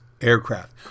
aircraft